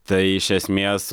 tai iš esmės